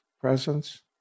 presence